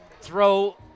throw –